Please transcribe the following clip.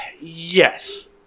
Yes